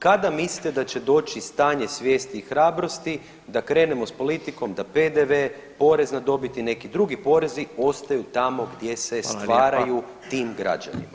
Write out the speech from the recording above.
Kada mislite da će doći stanje svijesti i hrabrosti da krenemo s politikom, da PDV, porez na dobit i neki drugi porezi ostaju tamo gdje se stvarju tim građanima?